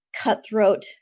cutthroat